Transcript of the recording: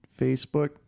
Facebook